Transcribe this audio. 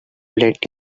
let